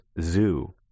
zoo